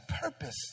purpose